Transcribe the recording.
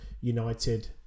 United